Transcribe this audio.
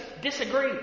disagree